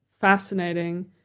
fascinating